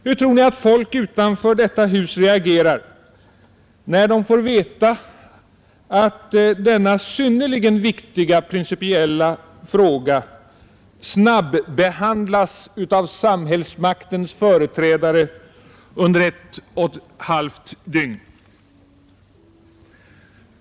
Hur tror ni att folk utanför detta hus reagerar, när de får veta att denna synnerligen viktiga principiella fråga snabbehandlas av samhällsmaktens företrädare under ett och ett halvt dygn?